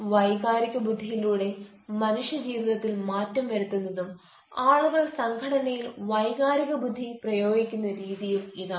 വൈകാരിക ബുദ്ധിയിലൂടെ മനുഷ്യജീവിതത്തിൽ മാറ്റം വരുത്തുന്നതും ആളുകൾ സംഘടനയിൽ വൈകാരിക ബുദ്ധി പ്രയോഗിക്കുന്ന രീതിയും ഇതാണ്